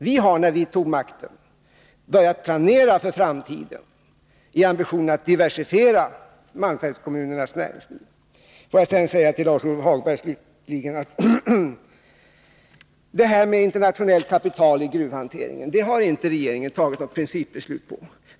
Vi har — när vi tog makten — börjat planera för framtiden i ambitionen att diversifiera malmfältskommunernas näringsliv. Jag vill sedan slutligen till Lars-Ove Hagberg säga: Detta med internationellt kapital i gruvnäringen har regeringen inte fattat något principbeslut om.